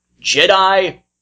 Jedi